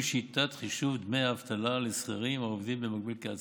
שיטת חישוב דמי האבטלה לשכירים העובדים במקביל כעצמאים.